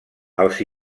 els